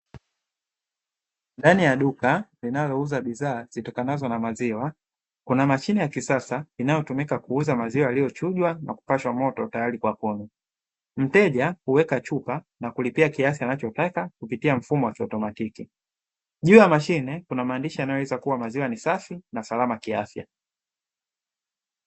Ndani ya duka linalouza bidhaa zitokanazo na maziwa kuna mashine ya kisasa inayotumika kuuza maziwa yaliyochujwa na kupashwa moto tayari kwa kunya, mteja kuweka chupa na kulipia kiasi anachotaka kupitia mfumo wa kiautomatiki, juu ya mashine kuna maandishi yanayoweza kuwa maziwa ni safi na salama kiafya.